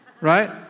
Right